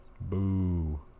Boo